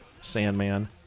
Sandman